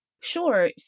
Sure